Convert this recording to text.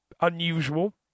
unusual